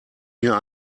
mir